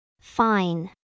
Fine